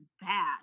bad